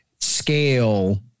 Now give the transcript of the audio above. scale